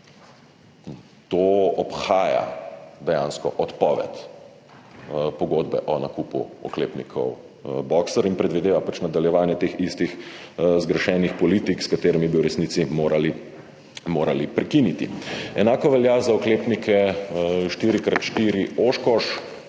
To obhaja dejansko odpoved pogodbe o nakupu oklepnikov boxer in predvideva pač nadaljevanje teh istih zgrešenih politik, s katerimi bi v resnici morali prekiniti. Enako velja za oklepnike oshkosh